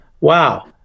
wow